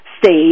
stage